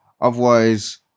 otherwise